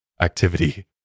activity